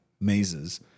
mazes